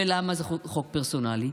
ולמה זה חוק פרסונלי?